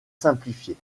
simplifiée